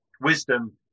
Wisdom